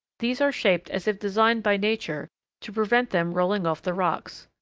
these are shaped as if designed by nature to prevent them rolling off the rocks.